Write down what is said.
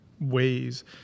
ways